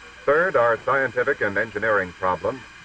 third, our scientific and engineering problems,